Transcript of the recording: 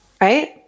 Right